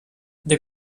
this